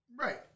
Right